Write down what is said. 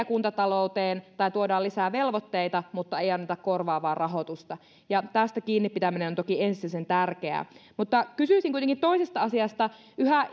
kuntatalouteen tai tuodaan lisää velvoitteita mutta ei anneta korvaavaa rahoitusta ja tästä kiinni pitäminen on toki ensisijaisen tärkeää mutta kysyisin kuitenkin toisesta asiasta yhä